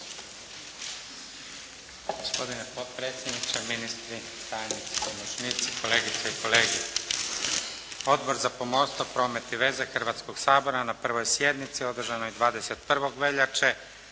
Gospodine potpredsjedniče, ministri, tajnici i pomoćnici, kolegice i kolege. Odbor za pomorstvo, promet i veze Hrvatskog sabora na 1. sjednici održanoj 21. veljače